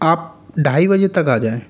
आप ढ़ाई बजे तक आ जाएँ